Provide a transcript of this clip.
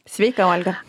sveika olga